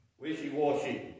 Wishy-washy